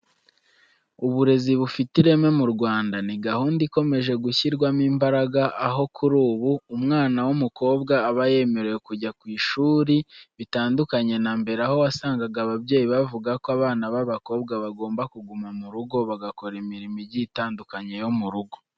Uburezi bufite ireme mu Rwanda, ni gahunda ikomeje gushyirwamo imbaraga, aho kuri ubu umwana w'umukobwa aba yemerewe kujya ku ishuri bitandukanye na mbere aho wasangaga ababyeyi bavuga ko abana b'abakobwa bagomba kuguma mu rugo bagakora imirimo igiye itandukanye yo mu rugo.